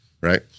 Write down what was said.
right